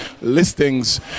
listings